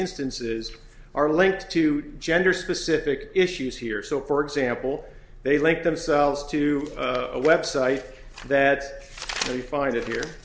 instances are linked to gender specific issues here so for example they link themselves to a website that can find it here